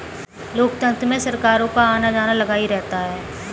लोकतंत्र में सरकारों का आना जाना लगा ही रहता है